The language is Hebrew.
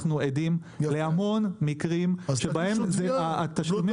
אנחנו עדים להרבה מקרים שבהם התשלומים